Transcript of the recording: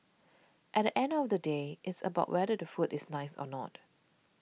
at end of the day it's about whether the food is nice or not